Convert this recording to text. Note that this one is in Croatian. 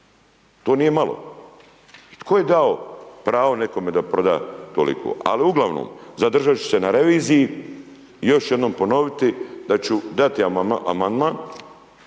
To nije malo i tko je dao pravo nekome da proda toliko? Ali uglavnom, zadržat ću se na reviziji i još jednom ponoviti da ću dati amandman